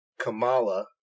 Kamala